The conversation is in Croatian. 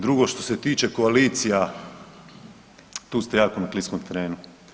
Drugo što se tiče koalicija, tu ste jako na kliskom terenu.